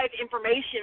information